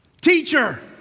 Teacher